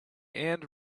and